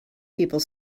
people